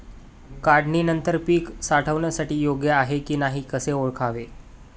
काढणी नंतर पीक साठवणीसाठी योग्य आहे की नाही कसे ओळखावे?